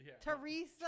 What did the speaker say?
Teresa